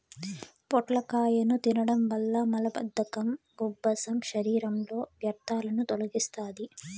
పొట్లకాయను తినడం వల్ల మలబద్ధకం, ఉబ్బసం, శరీరంలో వ్యర్థాలను తొలగిస్తాది